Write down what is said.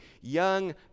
young